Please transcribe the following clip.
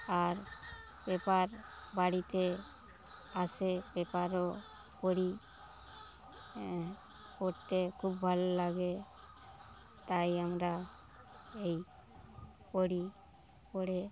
আর paper বাড়িতে আসে পেপারও পড়ি হ্যাঁ পড়তে খুব ভালো লাগে তাই আমরা এই পড়ি পড়ে